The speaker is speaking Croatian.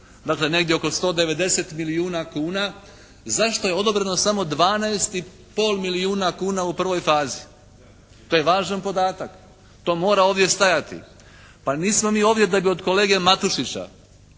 dakle negdje oko 190 milijuna kuna zašto je odobreno samo 12 i pol milijuna kuna u prvoj fazi? To je važan podatak. To mora ovdje stajati. Pa nismo mi ovdje da bi od kolege Matušića,